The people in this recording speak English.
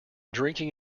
drinking